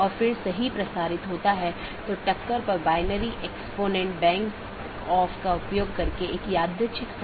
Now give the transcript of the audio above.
और फिर दूसरा एक जीवित है जो यह कहता है कि सहकर्मी उपलब्ध हैं या नहीं यह निर्धारित करने के लिए कि क्या हमारे पास वे सब चीजें हैं